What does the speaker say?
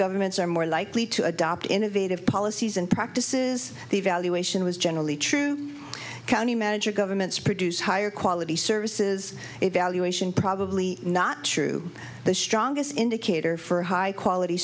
governments are more likely to adopt innovative policies and practices the evaluation was generally true county manager governments produce higher quality services evaluation probably not true the strongest indicator for high quality